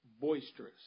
boisterous